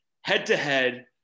head-to-head